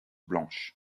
blanches